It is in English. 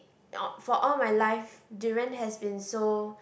a~ for all my life durian has been so